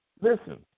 listen